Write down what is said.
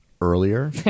earlier